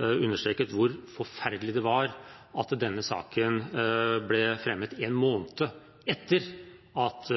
understreket hvor forferdelig det var at denne saken ble fremmet en måned etter at